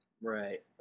Right